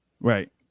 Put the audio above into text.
Right